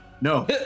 No